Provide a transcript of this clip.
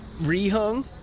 re-hung